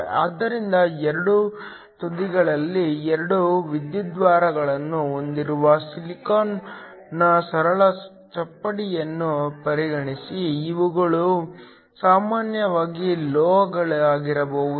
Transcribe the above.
ಆದ್ದರಿಂದ ಎರಡೂ ತುದಿಗಳಲ್ಲಿ 2 ವಿದ್ಯುದ್ವಾರಗಳನ್ನು ಹೊಂದಿರುವ ಸಿಲಿಕಾನ್ ನ ಸರಳ ಚಪ್ಪಡಿಯನ್ನು ಪರಿಗಣಿಸಿ ಇವುಗಳು ಸಾಮಾನ್ಯವಾಗಿ ಲೋಹಗಳಾಗಿರಬಹುದು